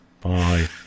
Bye